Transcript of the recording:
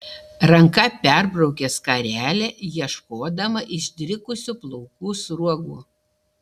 ranka perbraukė skarelę ieškodama išdrikusių plaukų sruogų